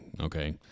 Okay